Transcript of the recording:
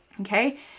Okay